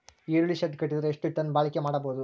ಈರುಳ್ಳಿ ಶೆಡ್ ಕಟ್ಟಿದರ ಎಷ್ಟು ಟನ್ ಬಾಳಿಕೆ ಮಾಡಬಹುದು?